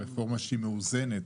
רפורמה שהיא מאוזנת,